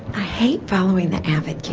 i hate following the avid kids